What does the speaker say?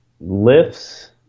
Lifts